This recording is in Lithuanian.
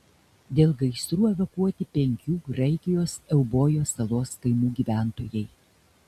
dėl gaisrų evakuoti penkių graikijos eubojos salos kaimų gyventojai